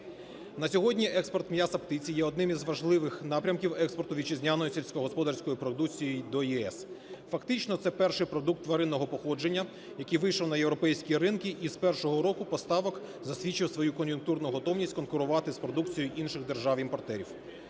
На сьогодні експорт м'яса птиці є одним із важливих напрямків експорту вітчизняної сільськогосподарської продукції до ЄС. Фактично це перший продукт тваринного походження, який вийшов на європейські ринки і з першого року поставок засвідчив свою кон'юнктурну готовність конкурувати із продукцією інших держав-імпортерів.